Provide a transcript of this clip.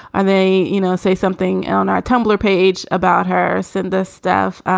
i may you know say something on our tumblr page about her synder stuff.